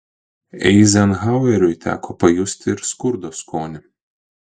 eizenhaueriui teko pajusti ir skurdo skonį